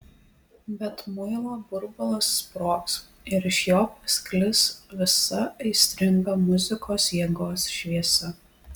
bet muilo burbulas sprogs ir iš jo pasklis visa aistringa muzikos jėgos šviesa